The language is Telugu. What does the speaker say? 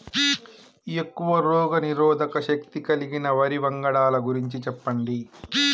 ఎక్కువ రోగనిరోధక శక్తి కలిగిన వరి వంగడాల గురించి చెప్పండి?